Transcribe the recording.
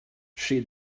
she